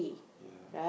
yeah